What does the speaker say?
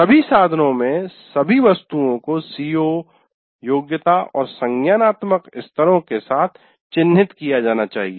सभी साधनों में सभी वस्तुओं को सीओ योग्यता और संज्ञानात्मक स्तरों के साथ चिन्हित किया जाना चाहिए